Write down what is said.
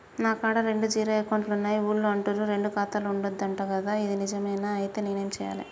నా కాడా రెండు జీరో అకౌంట్లున్నాయి ఊళ్ళో అంటుర్రు రెండు ఖాతాలు ఉండద్దు అంట గదా ఇది నిజమేనా? ఐతే నేనేం చేయాలే?